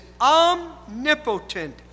omnipotent